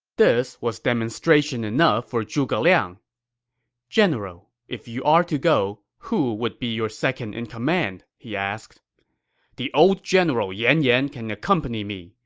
this was demonstration enough for zhuge liang general, if you are to go, who would be your second in command? he asked the old general yan yan can accompany me,